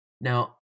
Now